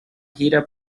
gira